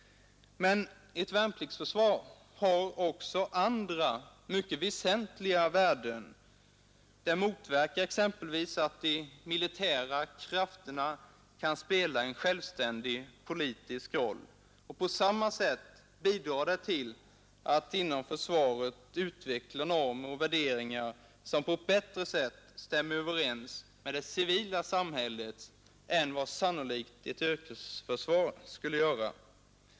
Men ett värnpliktsförsvar har också —L— ———— andra mycket väsentliga värden. Det motverkar exempelvis att de militära Försvarets fortsatta krafterna kan spela en självständig politisk roll. På samma sätt bidrar det inriktning m.m. till att inom försvaret utveckla normer och värderingar som på ett bättre sätt stämmer överens med det civila samhällets än vad sannolikt ett yrkesförsvar skulle göra.